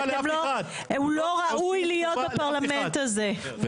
הוא לא ראוי להיות בפרלמנט הזה.